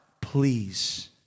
please